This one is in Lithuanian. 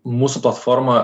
mūsų platforma